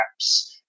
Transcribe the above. apps